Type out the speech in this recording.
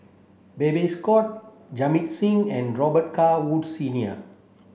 Babes Conde Jamit Singh and Robet Carr Woods Senior